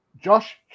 Josh